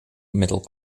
middle